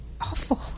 Awful